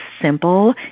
simple